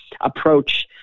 approach